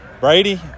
Brady